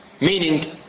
Meaning